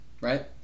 Right